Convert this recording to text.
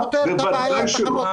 בוודאי שלא.